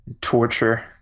torture